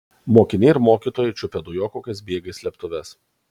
mokiniai ir mokytojai čiupę dujokaukes bėga į slėptuves